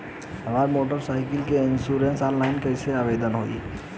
हमार motorcycle के insurance online कईसे आवेदन होई?